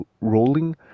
rolling